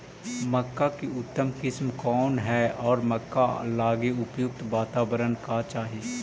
मक्का की उतम किस्म कौन है और मक्का लागि उपयुक्त बाताबरण का चाही?